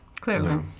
Clearly